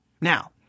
Now